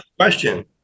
question